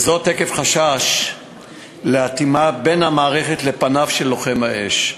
עקב חשש לחוסר אטימה בין המערכת לפניו של לוחם האש.